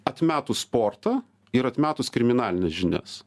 atmetus sportą ir atmetus kriminalines žinias